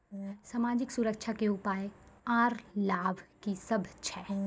समाजिक सुरक्षा के उपाय आर लाभ की सभ छै?